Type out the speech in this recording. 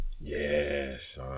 Yes